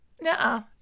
no